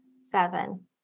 seven